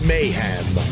Mayhem